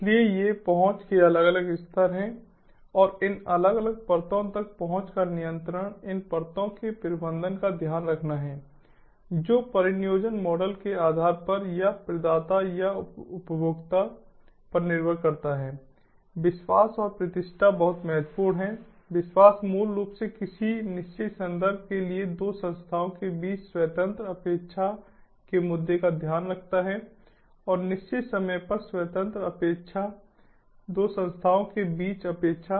इसलिए ये पहुंच के अलग अलग स्तर हैं और इन अलग अलग परतों तक पहुंच का नियंत्रण इन परतों के प्रबंधन का ध्यान रखना है जो परिनियोजन मॉडल के आधार पर प्रदाता या उपभोक्ता पर निर्भर करता है विश्वास और प्रतिष्ठा बहुत महत्वपूर्ण है विश्वास मूल रूप से किसी निश्चित संदर्भ के लिए 2 संस्थाओं के बीच स्वतंत्र अपेक्षा के मुद्दे का ध्यान रखता है एक निश्चित समय पर स्वतंत्र अपेक्षा 2 संस्थाओं के बीच अपेक्षा